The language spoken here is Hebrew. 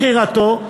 מכירתו,